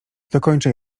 dokończę